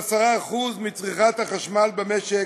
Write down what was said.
10% מצריכת החשמל במשק,